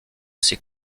ces